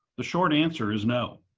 the short answer is no.